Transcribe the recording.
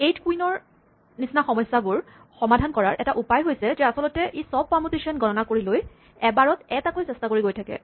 eight কুইনৰ নিচিনা সমস্যাবোৰ সমাধান কৰাৰ এটা উপায় হৈছে যে আচলতে ই চব পাৰমুটেচন গণনা কৰি লৈ এবাৰত এটাকৈ চেষ্টা কৰি গৈ থাকে